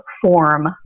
form